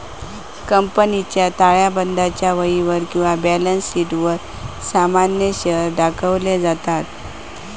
कंपनीच्या ताळेबंदाच्या वहीवर किंवा बॅलन्स शीटवर सामान्य शेअर्स दाखवले जातत